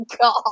god